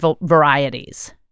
varieties